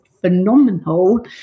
phenomenal